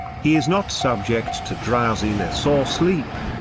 he is not subject to drowsiness or sleep.